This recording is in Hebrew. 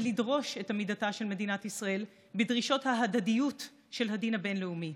ולדרוש את עמידתה של מדינת ישראל בדרישות ההדדיות של הדין הבין-לאומי.